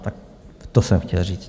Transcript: Tak to jsem chtěl říct.